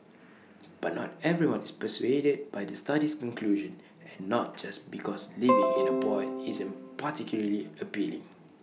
but not everyone is persuaded by the study's conclusion and not just because living in A pod isn't particularly appealing